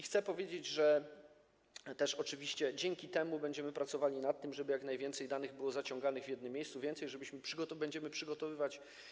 Chcę powiedzieć, że oczywiście dzięki temu będziemy pracowali nad tym, żeby jak najwięcej danych było zaciąganych w jednym miejscu, więcej, będziemy to przygotowywać.